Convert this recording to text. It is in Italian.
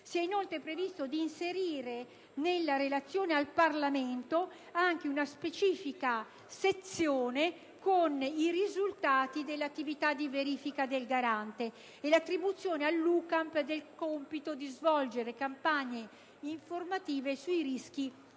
Si è inoltre stabilito di inserire nella relazione al Parlamento anche una specifica sezione con i risultati dell'attività di verifica del Garante e l'attribuzione all'UCAMP del compito di svolgere campagne informative sui rischi